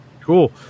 Cool